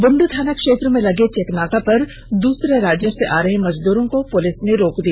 बुंडू थाना क्षेत्र में लगे चेकनाका पर दूसरे राज्यों से आ रहे मजदूरों को पुलिस ने रोक दिया